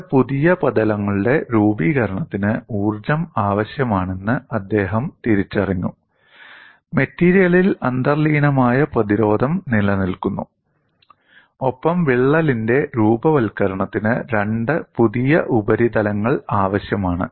രണ്ട് പുതിയ പ്രതലങ്ങളുടെ രൂപീകരണത്തിന് ഊർജ്ജം ആവശ്യമാണെന്ന് അദ്ദേഹം തിരിച്ചറിഞ്ഞു മെറ്റീരിയലിൽ അന്തർലീനമായ പ്രതിരോധം നിലനിൽക്കുന്നു ഒപ്പം വിള്ളലിന്റെ രൂപവത്കരണത്തിന് രണ്ട് പുതിയ ഉപരിതലങ്ങൾ ആവശ്യമാണ്